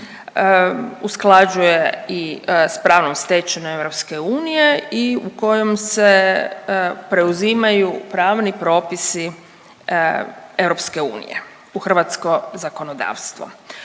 usklađuje i s pravnom stečevinom EU i u kojem se preuzimanju pravni propisi EU u hrvatsko zakonodavstvo.